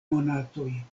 monatoj